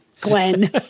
Glenn